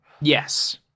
Yes